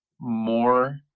more